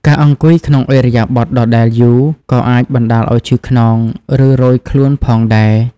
ការអង្គុយក្នុងឥរិយាបថដដែលយូរ ក៏អាចបណ្ដាលឱ្យឈឺខ្នង ឬរោយខ្លួនផងដែរ។